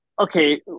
okay